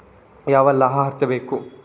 ಯಾವೆಲ್ಲ ಅರ್ಹತೆ ಬೇಕು?